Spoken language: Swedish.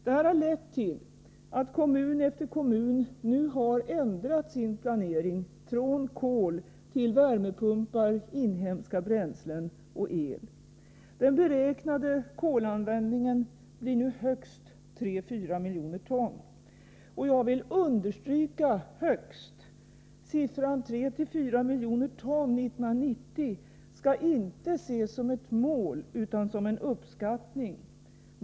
Detta har lett till att kommun efter kommun nu har ändrat sin planering — från kol till värmpepumpar, inhemska bränslen och el. Den beräknade kolanvändningen blir nu högst 34 miljoner ton. Och jag vill understryka högst — siffran 34 miljoner ton 1990 skall inte ses som ett mål utan som en uppskattning.